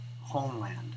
homeland